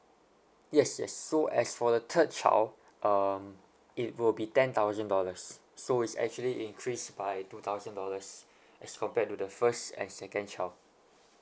yes yes so as for the third child um it will be ten thousand dollars so it's actually increased by two thousand dollars as compared to the first and second child